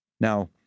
Now